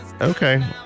Okay